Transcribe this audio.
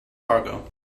cargo